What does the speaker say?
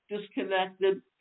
disconnected